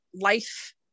life